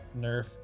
nerf